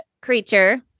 creature